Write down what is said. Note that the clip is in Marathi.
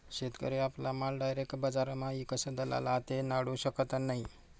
शेतकरी आपला माल डायरेक बजारमा ईकस दलाल आते नाडू शकत नै